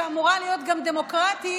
שאמורה להיות גם דמוקרטית,